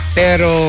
pero